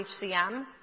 HCM